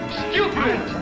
stupid